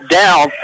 down